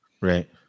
Right